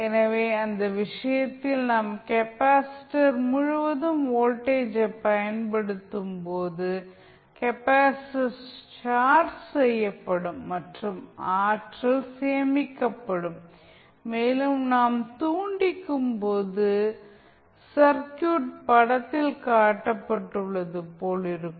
எனவே அந்த விஷயத்தில் நாம் கெப்பாசிட்டர் முழுவதும் வோல்டேஜை பயன்படுத்தும்போது கெப்பாசிட்டர் சார்ஜ் செய்யப்படும் மற்றும் ஆற்றல் சேமிக்கப்படும் மேலும் நாம் துண்டிக்கும் போது சர்க்யூட் படத்தில் காட்டப்பட்டுள்ளது போல் இருக்கும்